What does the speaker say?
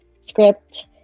script